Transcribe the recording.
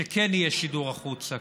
שכן יהיה שידור החוצה.